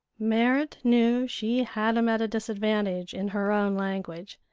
merrit knew she had him at a disadvantage in her own language,